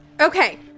Okay